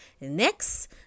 Next